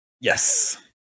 Yes